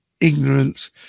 ignorance